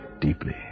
Deeply